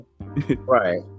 right